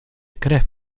krew